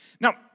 Now